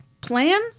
plan